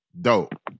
Dope